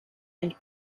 and